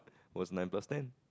what's nine plus ten